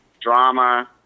drama